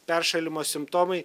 peršalimo simptomai